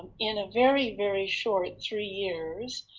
in a very, very, short three years